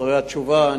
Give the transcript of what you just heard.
אחרי התשובה,